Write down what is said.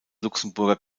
luxemburger